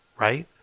right